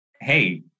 hey